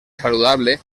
saludable